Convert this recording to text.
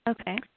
Okay